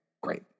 Great